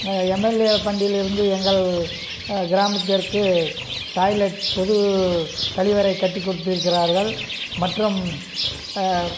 MLA ஃபண்டிலிருந்து எங்கள் கிராமத்திற்கு டாய்லெட் பொது கழிவறை கட்டிக் கொடுத்து இருக்கிறார்கள் மற்றும்